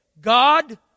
God